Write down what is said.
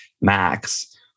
Max